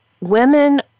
women